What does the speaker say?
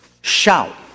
Shout